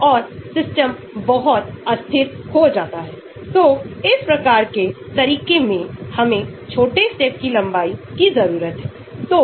तो anesthetic दवाओं के लिए कई वर्गों के लिए भले ही आपके पास विभिन्न प्रकार की ड्रग्स हो सकती हैं लगभग log p लगभग आता है 23